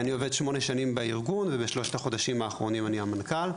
אני עובד שמונה שנים בארגון ובשלושת החודשים האחרונים אני המנכ"ל,